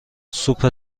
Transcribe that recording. سوپ